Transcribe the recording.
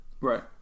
right